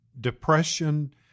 depression